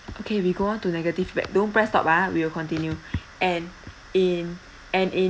okay we go on to negative feedback don't press stop ah we'll continue and in and in